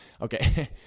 okay